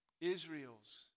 Israel's